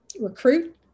recruit